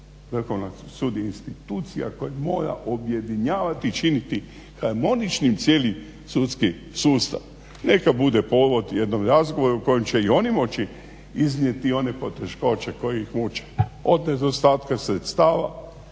Vrhovni sud je institucija koja mora objedinjavati i činiti harmoničnim cijeli sudski sustav. Neka bude povod jednom razgovoru kojim će oni moći iznijeti one poteškoće koje ih muče od nedostatka sredstava